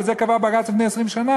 ואת זה קבע בג"ץ לפני 20 שנה,